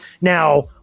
now